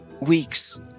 weeks